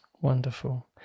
Wonderful